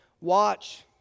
Watch